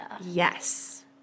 Yes